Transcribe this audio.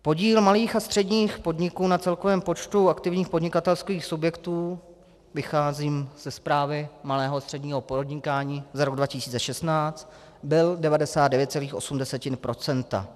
Podíl malých a středních podniků na celkovém počtu aktivních podnikatelských subjektů vycházím ze zprávy malého a středního podnikání za rok 2016 byl 99,8 %.